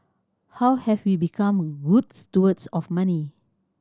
how have we become good stewards of money